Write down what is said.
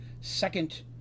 second